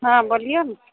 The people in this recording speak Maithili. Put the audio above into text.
हँ बोलिऔ ने